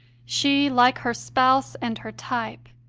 she, like her spouse and her type,